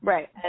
Right